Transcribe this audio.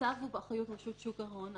הצו הוא באחריות שוק ההון.